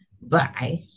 Bye